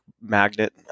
magnet